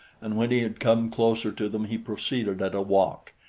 and when he had come closer to them, he proceeded at a walk.